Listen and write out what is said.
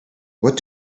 what